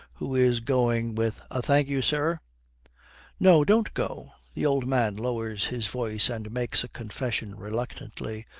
who is going with a thank you, sir no, don't go the old man lowers his voice and makes a confession reluctantly,